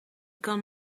kan